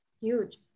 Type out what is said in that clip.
huge